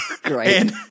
great